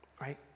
right